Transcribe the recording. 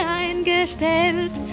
eingestellt